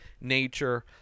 nature